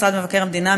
משרד מבקר המדינה,